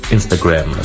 Instagram